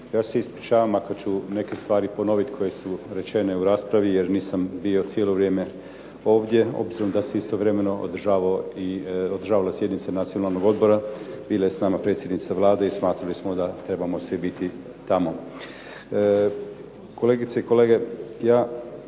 Ja se ispričavam ako ću neke stvari ponovit koje su rečene u raspravi, jer nisam bio cijelo vrijeme ovdje, obzirom da se istovremeno održavala sjednica Nacionalnog odbora. Bila je s nama predsjednica Vlade i smatrali smo da trebamo svi biti tamo. Kolegice i kolege, ja